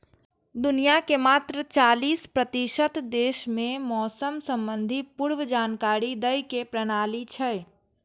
दुनिया के मात्र चालीस प्रतिशत देश मे मौसम संबंधी पूर्व जानकारी दै के प्रणाली छै